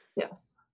Yes